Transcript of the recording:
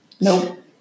Nope